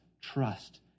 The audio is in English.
trust